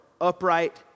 upright